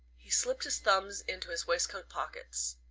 he slipped his thumbs into his waistcoat pockets.